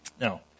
Now